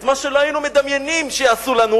ימשיכו לעשות לנו את מה שלא היינו מדמיינים שיעשו לנו,